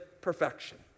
perfection